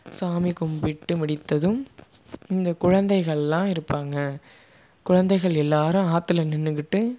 சாமி கும்பிட்டு முடித்ததும் இந்த குழந்தைகள்லாம் இருப்பாங்க குழந்தைகள் எல்லாரும் ஆற்றுல நின்றுகிட்டு